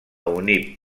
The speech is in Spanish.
univ